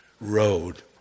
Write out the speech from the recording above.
road